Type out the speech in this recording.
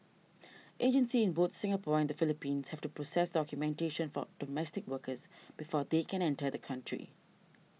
agencies in both Singapore and the Philippines have to process documentation for domestic workers before they can enter the country